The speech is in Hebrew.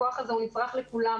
הכוח הזה נצרך לכולם,